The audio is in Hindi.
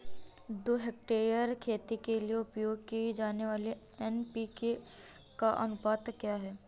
दो हेक्टेयर खेती के लिए उपयोग की जाने वाली एन.पी.के का अनुपात क्या है?